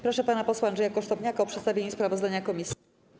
Proszę pana posła Andrzeja Kosztowniaka o przedstawienie sprawozdania komisji.